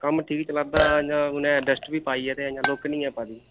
कम्म ठीक चलै'रदा जां उ'नें डस्ट बी पाई ऐ ते अजें लोक्क नेईं ऐ पाई दी